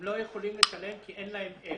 הם לא יכולים לשלם כי אין להם איך.